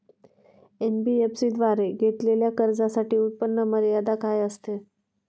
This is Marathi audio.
एन.बी.एफ.सी द्वारे घेतलेल्या कर्जासाठी उत्पन्न मर्यादा काय असते?